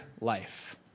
life